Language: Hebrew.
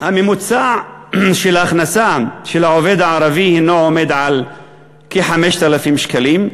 ממוצע ההכנסה של עובד ערבי הוא כ-5,000 שקלים,